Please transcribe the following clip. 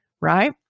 right